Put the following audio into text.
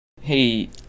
Hey